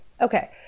okay